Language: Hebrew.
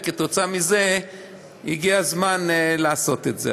וכתוצאה מזה הגיע הזמן לעשות את זה.